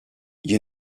you